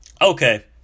Okay